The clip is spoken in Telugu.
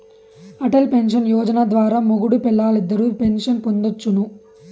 అటల్ పెన్సన్ యోజన ద్వారా మొగుడూ పెల్లాలిద్దరూ పెన్సన్ పొందొచ్చును